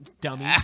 Dummy